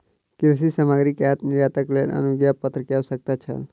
कृषि सामग्री के आयात निर्यातक लेल अनुज्ञापत्र के आवश्यकता छल